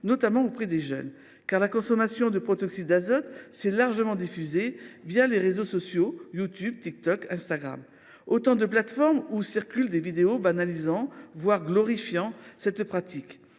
notamment auprès des jeunes, car la consommation de protoxyde d’azote s’est largement diffusée les réseaux sociaux, YouTube, TikTok, Instagram, autant de plateformes sur lesquelles circulent des vidéos banalisant cette pratique,